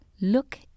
look